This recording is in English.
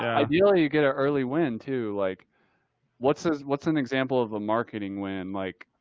ah ideally you get an early win too. like what's a, what's an example of a marketing win? like,